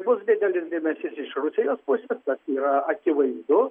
bus didelis dėmesys iš rusijos pusės tas yra akivaizdu